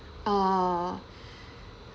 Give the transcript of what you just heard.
uh